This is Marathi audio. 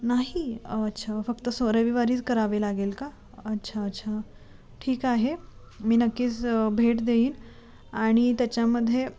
नाही अच्छा फक्त सो रविवारीच करावे लागेल का अच्छा अच्छा ठीक आहे मी नक्कीच भेट देईन आणि त्याच्यामध्ये